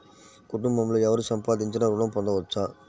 కుటుంబంలో ఎవరు సంపాదించినా ఋణం పొందవచ్చా?